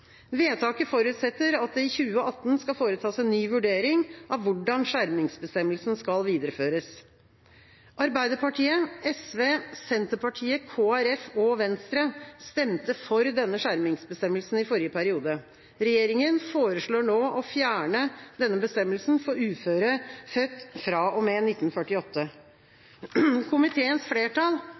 Vedtaket forutsetter at det i 2018 skal foretas en ny vurdering av hvordan skjermingsbestemmelsen skal videreføres. Arbeiderpartiet, SV, Senterpartiet, Kristelig Folkeparti og Venstre stemte for denne skjermingsbestemmelsen i forrige periode. Regjeringa foreslår nå å fjerne denne bestemmelsen for uføre født fra og med 1948. Komiteens flertall,